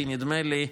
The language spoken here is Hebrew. כי נדמה לי,